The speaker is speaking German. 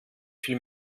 fiel